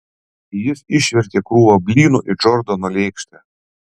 jis išvertė krūvą blynų į džordano lėkštę